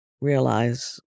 realize